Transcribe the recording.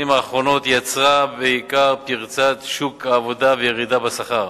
האחרונות יצרה בעיקר פריצת שוק העבודה וירידה בשכר.